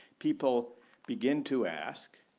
people begin to ask,